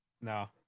no